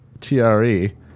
T-R-E